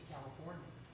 California